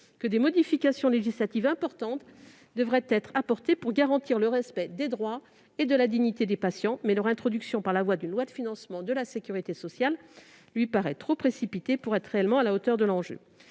que des modifications législatives importantes devraient être apportées pour garantir le respect des droits et la dignité des patients, mais leur introduction dans ce texte lui paraît trop précipitée pour être réellement à la hauteur de l'enjeu.